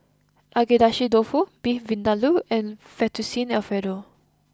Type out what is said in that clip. Agedashi Dofu Beef Vindaloo and Fettuccine Alfredo